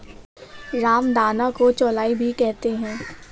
रामदाना को चौलाई भी कहते हैं